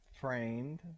framed